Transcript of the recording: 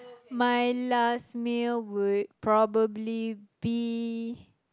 my last meal would probably be